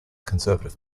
conservative